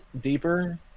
deeper